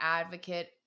advocate